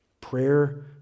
Prayer